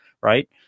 right